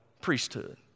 priesthood